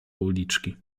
uliczki